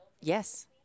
Yes